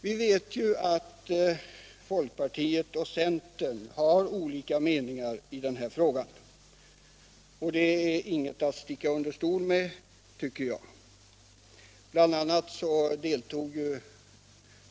Vi vet att folkpartiet och centern har olika meningar i den här frågan. Jag tycker inte att det är något att sticka under stol med.